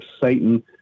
Satan